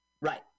Right